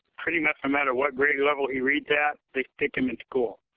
pretty much no matter what grade level he reads at, they stick him in school.